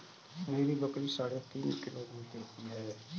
मेरी बकरी साढ़े तीन किलो दूध देती है